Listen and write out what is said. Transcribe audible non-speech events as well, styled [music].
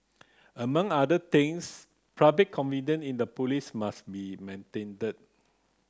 among other things [unintelligible] confidence in the police must be maintained